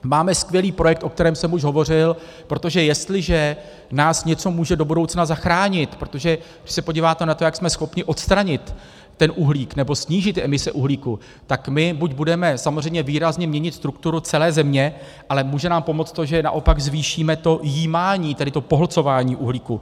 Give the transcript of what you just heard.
Máme skvělý projekt, o kterém jsem už hovořil, protože jestliže nás něco může do budoucna zachránit, protože když se podíváte na to, jak jsme schopni odstranit uhlík nebo snížit emise uhlíku, tak my buď budeme samozřejmě výrazně měnit strukturu celé země, ale může nám pomoct to, že naopak zvýšíme to jímání, tedy to pohlcování uhlíku.